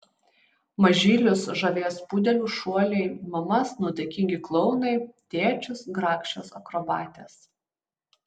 mažylius žavės pudelių šuoliai mamas nuotaikingi klounai tėčius grakščios akrobatės